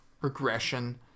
regression